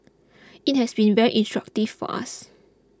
it has been very instructive for us